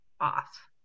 off